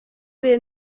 wir